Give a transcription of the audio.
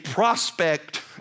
Prospect